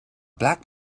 black